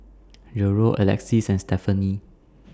Gerold Alexys and Stefani